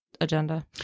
agenda